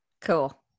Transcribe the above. cool